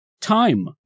Time